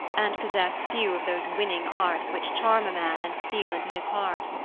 and possessed few of those winning arts which charm a man and steal into his heart.